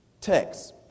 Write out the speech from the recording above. Text